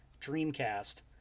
Dreamcast